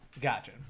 Gotcha